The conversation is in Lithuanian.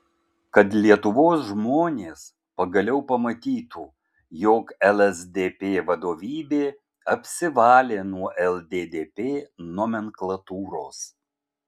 kad lietuvos žmonės pagaliau pamatytų jog lsdp vadovybė apsivalė nuo lddp nomenklatūros